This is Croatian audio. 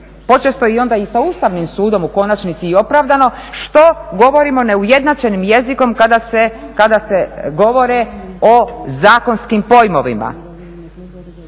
počesto i onda sa Ustavnim sudom u konačnici i opravdano, što govorimo neujednačenim jezikom kada se govore o zakonskim pojmovima.